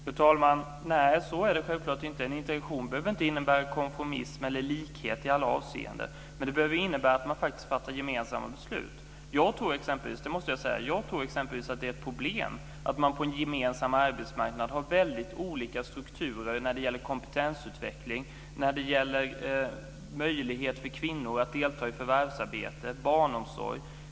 Fru talman! Nej, så är det självfallet inte. En integration behöver inte innebära konformism eller likhet i alla avseenden. Men det innebär att man fattar gemensamma beslut. Jag tror exempelvis att det är ett problem att man har väldigt olika strukturer på en gemensam arbetsmarknad när det gäller kompetensutveckling, möjlighet för kvinnor att delta i förvärvsarbete och barnomsorg.